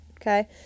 Okay